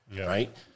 right